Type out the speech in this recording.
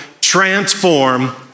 transform